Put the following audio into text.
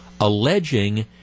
alleging